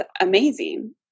amazing